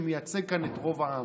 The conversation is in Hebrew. שמייצג כאן את רוב העם.